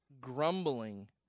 grumbling